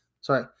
Sorry